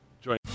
Join